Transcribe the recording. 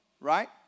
right